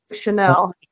Chanel